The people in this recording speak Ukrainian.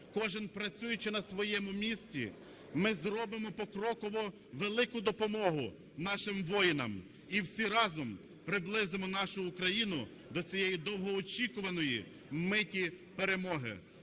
кожен, працюючи на своєму місці, ми зробимо покроково велику допомогу нашим воїнам і всі разом приблизимо нашу Україну до цієї довгоочікуваної миті перемоги.